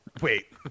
Wait